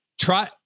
try